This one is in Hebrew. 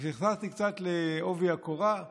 כשנכנסתי קצת בעובי הקורה,